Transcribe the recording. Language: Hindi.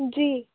जी